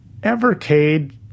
Evercade